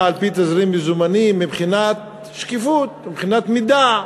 על-פי תזרים מזומנים מבחינת שקיפות ומבחינת מידע.